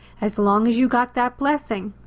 as long as you got that blessing,